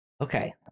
Okay